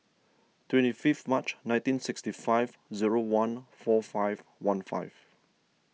twenty fifth March nineteen sixty five zero one four five one five